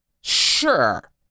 Sure